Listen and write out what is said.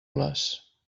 les